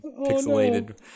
pixelated